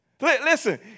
Listen